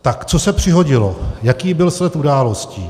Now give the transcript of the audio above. Tak co se přihodilo, jaký byl sled událostí?